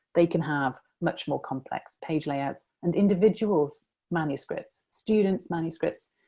they can have much more complex page layouts. and individuals' manuscripts, students' manuscripts,